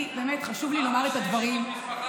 אני, באמת חשוב לי לומר את הדברים, לא הבנתי.